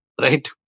Right